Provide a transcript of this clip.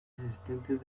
asistentes